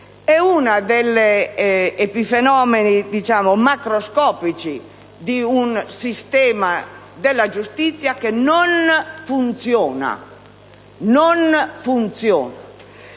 un epifenomeno macroscopico di un sistema della giustizia che non funziona.